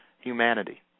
humanity